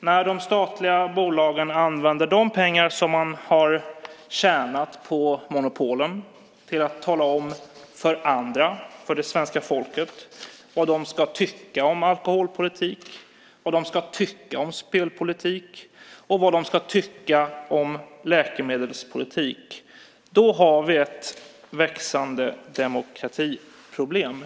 När de statliga bolagen använder de pengar som de har tjänat på monopolen till att tala om för svenska folket vad de ska tycka om alkoholpolitik, vad de ska tycka om spelpolitik och vad de ska tycka om läkemedelspolitik har vi ett växande demokratiproblem.